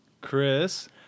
Chris